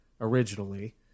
originally